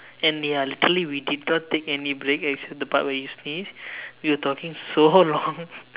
and they are literally we did not take any break except the part when you sneezed we were talking so long